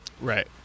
Right